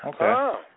Okay